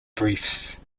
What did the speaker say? briefs